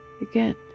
Again